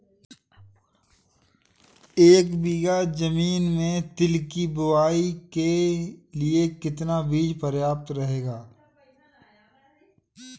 एक बीघा ज़मीन में तिल की बुआई के लिए कितना बीज प्रयाप्त रहेगा?